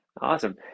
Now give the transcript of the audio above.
Awesome